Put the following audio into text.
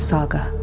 Saga